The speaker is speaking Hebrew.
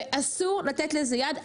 ואסור לתת לזה יד.